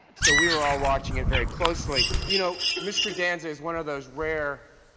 so we were all watching it very closely. you know mr. danza is one of those rare